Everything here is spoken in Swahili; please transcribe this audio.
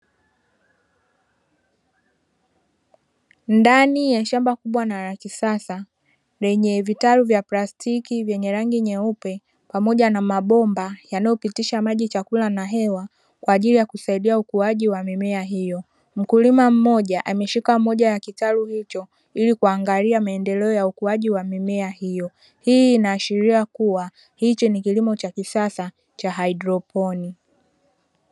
Ndani ya shamba kubwa na la kisasa, lenye vitalu vya plastiki vyenye rangi nyeupe; pamoja na mabomba yanayopitisha maji, chakula na hewa, kwaajili ya kusaidia ukuajia wa mimea hiyo. Mkulima mmoja ameshika moja ya kitalu hicho ili kuangalia maendelo ya ukuaji wa mimea hiyo. Hii inaashiria kuwa hichi ni kilimo cha kisasa cha haidroponi.